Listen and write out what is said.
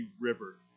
river